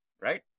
Right